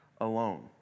alone